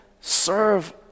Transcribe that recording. serve